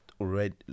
already